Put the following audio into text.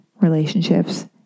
relationships